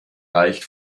reicht